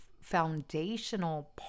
foundational